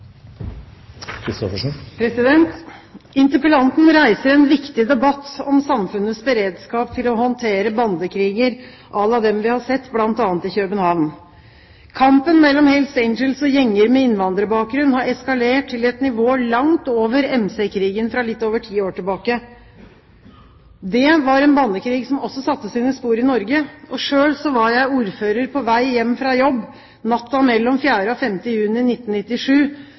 Interpellanten reiser en viktig debatt om samfunnets beredskap til å håndtere bandekriger à la dem vi har sett bl.a. i København. Kampen mellom Hells Angels og gjenger med innvandrerbakgrunn har eskalert til et nivå langt over MC-krigen fra litt over ti år tilbake. Det var en bandekrig som også satte sine spor i Norge. Selv var jeg ordfører på vei hjem fra jobb natten mellom 4. og 5. juni 1997